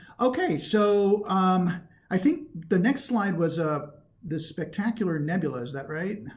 okay so um i think the next slide was ah this spectacular nebula is that right?